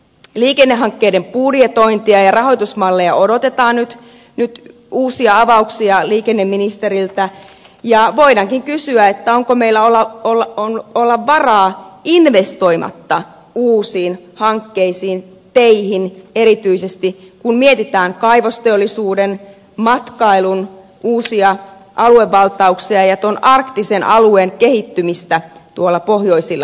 liikennehankkeiden budjetointia ja rahoitusmalleja odotetaan nyt uusia avauksia liikenneministeriltä ja voidaankin kysyä onko meillä varaa olla investoimatta uusiin hankkeisiin teihin erityisesti kun mietitään kaivosteollisuuden matkailun uusia aluevaltauksia ja arktisen alueen kehittymistä tuolla pohjoisilla alueilla